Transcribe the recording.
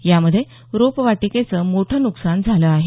यामध्ये रोपवाटीकेचं मोठं नुकसान झालं आहे